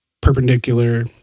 perpendicular